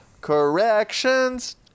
corrections